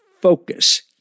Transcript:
focus